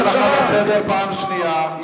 אני קורא לך לסדר פעם שנייה.